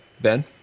Ben